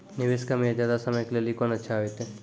निवेश कम या ज्यादा समय के लेली कोंन अच्छा होइतै?